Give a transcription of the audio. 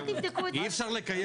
הוא לא אמר את זה ב --- אי אפשר לקיים